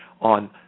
on